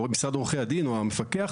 משרד ערוכי הדין או המפקח,